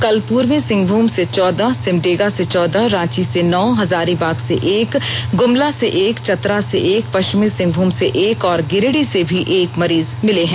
कल पूर्वी सिंहभूम से चौदह सिमडेगा से चौदह रांची से नौ हजारीबाग से एक गुमला से एक चतरा से एक पश्चिमी सिंहभूम से एक और गिरिडीह से भी एक मरीज मिले हैं